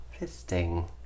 fisting